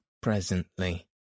presently